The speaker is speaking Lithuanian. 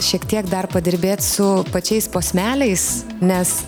šiek tiek dar padirbėt su pačiais posmeliais nes